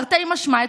תרתי משמע,